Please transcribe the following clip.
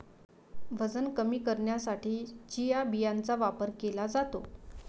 वजन कमी करण्यासाठी चिया बियांचा वापर केला जातो